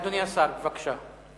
אדוני השר, בבקשה.